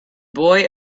boy